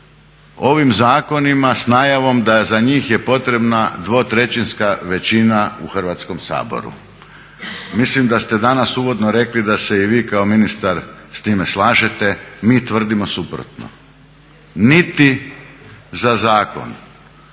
ovim zakonima s najavom da za njih je potrebna dvotrećinska većina u Hrvatskom saboru. Mislim da ste danas uvodno rekli da se i vi kao ministar s time slažete, mi tvrdimo suprotno. Niti za Zakon